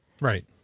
right